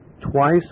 twice